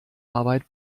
arbeit